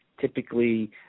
Typically